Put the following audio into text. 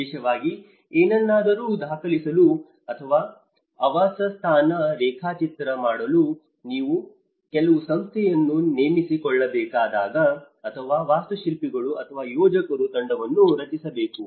ವಿಶೇಷವಾಗಿ ಏನನ್ನಾದರೂ ದಾಖಲಿಸಲು ಅಥವಾ ಆವಾಸಸ್ಥಾನ ರೇಖಾಚಿತ್ರ ಮಾಡಲು ನೀವು ಕೆಲವು ಸಂಸ್ಥೆಯನ್ನು ನೇಮಿಸಿಕೊಳ್ಳಬೇಕಾದಾಗ ಅಥವಾ ವಾಸ್ತುಶಿಲ್ಪಿಗಳು ಅಥವಾ ಯೋಜಕರ ತಂಡವನ್ನು ರಚಿಸಬೇಕು